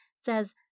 Says